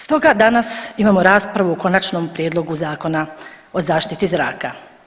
Stoga danas imamo raspravu o Konačnom prijedlogu Zakona o zaštiti zraka.